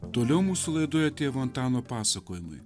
toliau mūsų laidoje tėvo antano pasakojimai